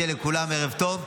שיהיה לכולם ערב טוב,